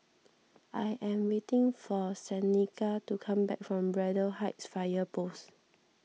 I am waiting for Seneca to come back from Braddell Heights Fire Post